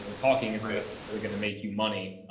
talking isn't necessarily going to make you money.